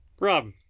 rob